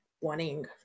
wanting